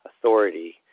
authority